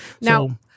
Now